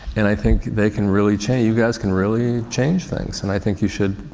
and i think they can really change you guys can really change things and i think you should,